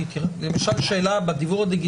איך